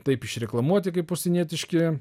taip išreklamuoti kaip užsienietiški